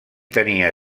tenia